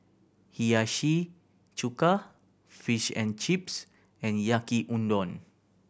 Hiyashi Chuka Fish and Chips and Yaki Udon